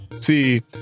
see